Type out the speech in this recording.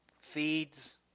feeds